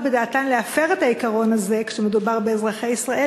בדעתן להפר את העיקרון הזה כשמדובר באזרחי ישראל.